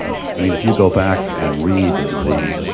i mean if you go back and read the,